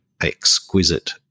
exquisite